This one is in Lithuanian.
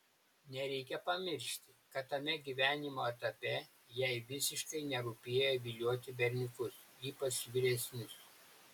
nereikia pamiršti kad tame gyvenimo etape jai visiškai nerūpėjo vilioti berniukus ypač vyresnius